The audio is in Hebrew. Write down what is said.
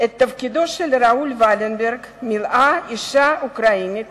את תפקידו של ראול ולנברג מילאה אשה אוקראינית